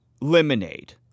Lemonade